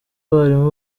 abarimu